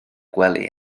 gwely